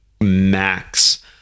max